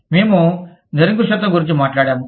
మేము నిరంకుశత్వం గురించి మాట్లాడాము